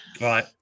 Right